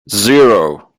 zero